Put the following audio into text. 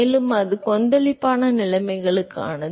மேலும் அது கொந்தளிப்பான நிலைமைகளுக்கானது